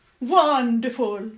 Wonderful